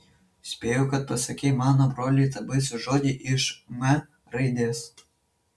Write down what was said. spėju kad pasakei mano broliui tą baisų žodį iš m raidės